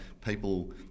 people